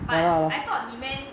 but I thought you meant